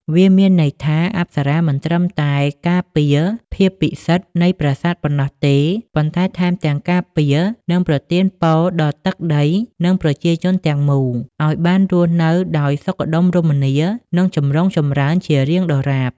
វាមានន័យថា អប្សរាមិនត្រឹមតែការពារភាពពិសិដ្ឋនៃប្រាសាទប៉ុណ្ណោះទេ ប៉ុន្តែថែមទាំង ការពារ និងប្រទានពរដល់ទឹកដី និងប្រជាជនទាំងមូល ឲ្យបានរស់នៅដោយសុខដុមរមនា និងចម្រុងចម្រើនជារៀងដរាប។